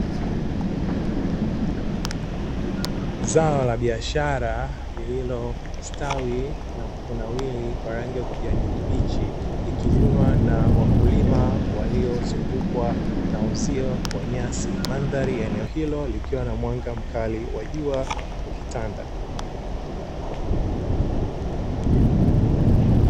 Zao la biashara lililostawi na kunawiri kwa rangi ya kijani kibichi, likivunwa na wakulima waliozungukwa na uzio wa nyasi, mandhari ya eneo hilo likiwa na mwanga mkali wa jua ukitanda.